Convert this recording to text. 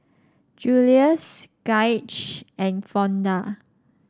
Julius Gaige and Fonda